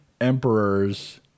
emperors